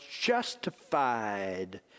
justified